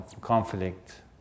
conflict